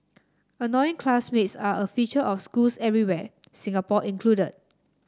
annoying classmates are a feature of schools everywhere Singapore included